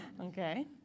Okay